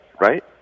right